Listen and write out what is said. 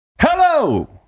Hello